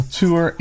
tour